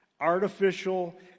artificial